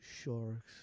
Sharks